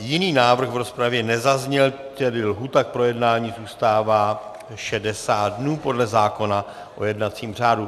Jiný návrh v rozpravě nezazněl, tedy lhůta k projednání zůstává 60 dnů podle zákona o jednacím řádu.